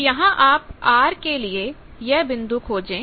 तो यहां आप R के लिए यह बिंदु खोजें